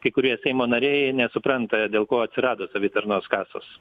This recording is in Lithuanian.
kai kurie seimo nariai nesupranta dėl ko atsirado savitarnos kasos